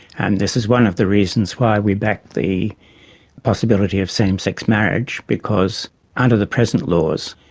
and this is one of the reasons why we back the possibility of same-sex marriage, because under the present laws,